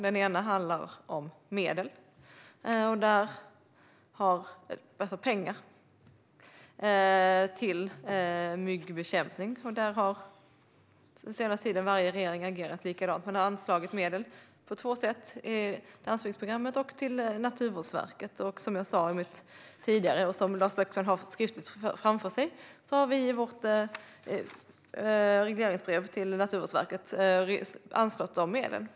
Den ena handlar om medel, alltså pengar, till myggbekämpning. Där har varje regering agerat likadant under den senaste tiden: Man har anslagit medel på två sätt, i landsbygdsprogrammet och till Naturvårdsverket. Som jag sa tidigare och som Lars Beckman har skriftligt framför sig har vi i vårt regleringsbrev till Naturvårdsverket anslagit dessa medel.